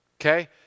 Okay